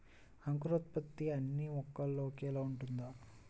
అంకురోత్పత్తి అన్నీ మొక్కల్లో ఒకేలా ఉంటుందా?